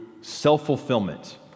self-fulfillment